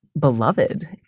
beloved